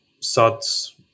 Suds